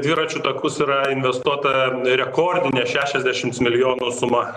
dviračių takus yra investuota rekordinė šešiasdešims milijonų suma